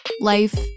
life